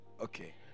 Okay